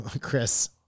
Chris